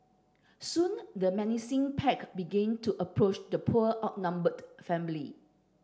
soon the menacing pack began to approach the poor outnumbered family